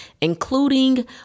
including